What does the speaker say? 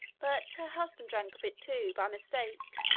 but her husband drank of it too, by mistake,